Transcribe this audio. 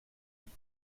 pick